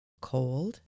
cold